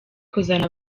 kuzana